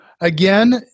again